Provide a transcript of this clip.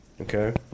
Okay